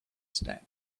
step